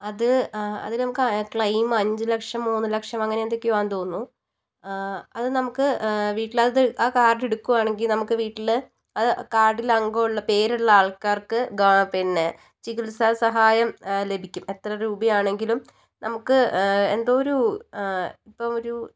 അത് അധികം ക്ലെയിം അഞ്ച് ലക്ഷം മൂന്ന് ലക്ഷം അങ്ങനെ എന്തൊക്കയോ ആണെന്ന് തോന്നുന്നു അത് നമുക്ക് വീട്ടിലത് കാർഡ് എടുക്കുവാണങ്കിൽ നമുക്ക് വീട്ടില് അത് കാർഡിലങ്കോള്ള പേരുള്ള ആൾക്കാർക്ക് ഗ പിന്നെ ചികിത്സാ സഹായം ലഭിക്കും എത്ര രൂപയാണെങ്കിലും നമുക്ക് എന്തോരു ഇപ്പം ഒരു